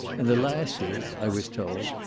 and the last is, i was told,